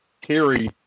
carry